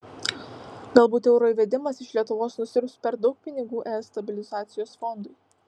galbūt euro įvedimas iš lietuvos nusiurbs per daug pinigų es stabilizacijos fondui